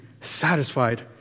satisfied